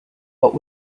what